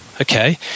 okay